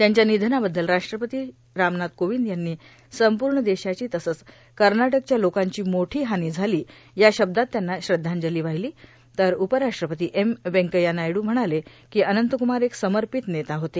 त्यांच्या निधनाबद्दल राष्ट्रपती रामनाथ कोविंद यांनी संपूर्ण देशाची तसंच कर्नाटकच्या लोकांची मोठी हानी झाली या शब्दात त्यांना श्रद्धांजली वाहिली तर उपराष्ट्रपती एम व्यंकय्या नायडू म्हणाले की अनंत कुमार एक समर्पित नेता होते